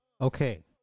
Okay